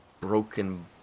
broken